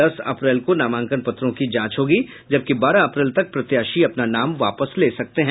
दस अप्रैल को नामांकन पत्रों की जांच होगी जबकि बारह अप्रैल तक प्रत्याशी अपना नाम वापस ले सकते हैं